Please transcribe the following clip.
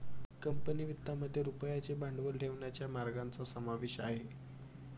company वित्तामध्ये रुपयाचे भांडवल ठेवण्याच्या मार्गांचा समावेश आहे